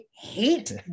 hate